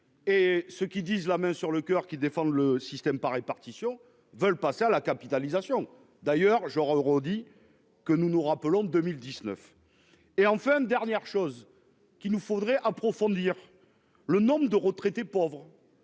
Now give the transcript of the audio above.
et ce qu'ils disent la main sur le coeur qui défendent le système par répartition veulent passer à la capitalisation d'ailleurs euros dis que nous nous rappelons de 2019 et enfin dernière chose qu'il nous faudrait approfondir le nombre de retraités pauvres.